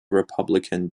republican